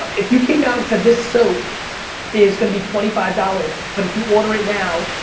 if you came out and said, this soap is gonna be twenty five dollars, but if you order it now,